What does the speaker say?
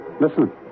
Listen